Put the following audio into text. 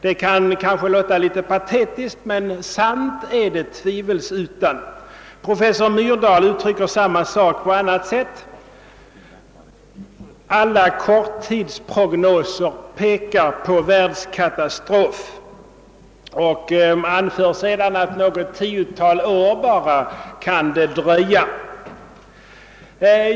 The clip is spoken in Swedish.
Detta kan låta patetiskt, men sant är det tvivelsutan. Professor Myrdal uttrycker samma sak på det sättet att alla korttidsprognoser pekar på världskatastrof, och han anför sedan att det kan dröja bara något tiotal år.